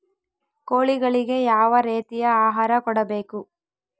ಕೋಳಿಗಳಿಗೆ ಯಾವ ರೇತಿಯ ಆಹಾರ ಕೊಡಬೇಕು?